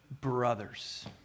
Brothers